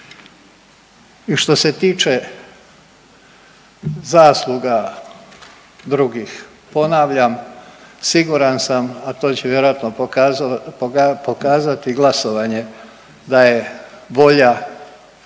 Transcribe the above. I što se tiče zasluga drugih, ponavljam siguran sam, a to će vjerojatno pokazati glasovanje da je volja